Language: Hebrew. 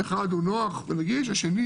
אחד הוא נוח ונגיש, השני